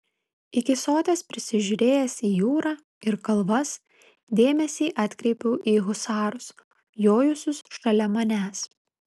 iki soties prisižiūrėjęs į jūrą ir kalvas dėmesį atkreipiau į husarus jojusius šalia manęs